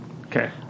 Okay